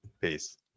peace